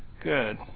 good